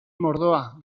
mordoa